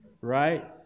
right